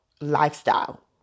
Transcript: lifestyle